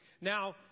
Now